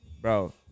bro